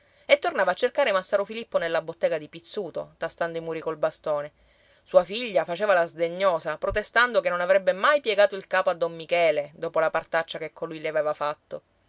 e tornava a cercare massaro filippo nella bottega di pizzuto tastando i muri col bastone sua figlia faceva la sdegnosa protestando che non avrebbe mai piegato il capo a don michele dopo la partaccia che colui le aveva fatto